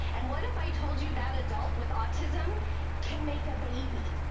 and what if i told you that adult with autism can make a baby?